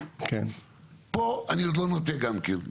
פה אני עוד לא נוטה גם כן,